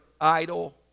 idol